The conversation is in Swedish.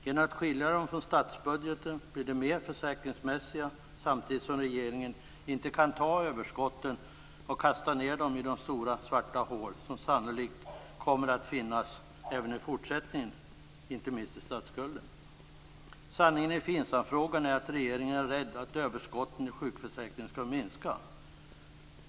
Genom att skilja dem från statsbudgeten blir de mer försäkringsmässiga samtidigt som regeringen inte kan ta överskotten och kasta ned i de stora svarta hål som sannolikt kommer att finnas även i fortsättningen, inte minst när det gäller statsskulden. Sanningen i FINSAM-frågan är att regeringen är rädd att överskotten i sjukförsäkringen skall minska.